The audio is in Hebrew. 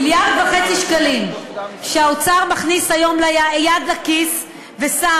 1.5 מיליארד שקלים שהאוצר מכניס היום יד לכיס ושם,